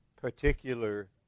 particular